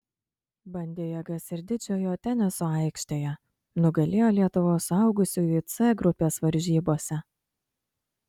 bandė jėgas ir didžiojo teniso aikštėje nugalėjo lietuvos suaugusiųjų c grupės varžybose